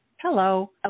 Hello